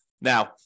Now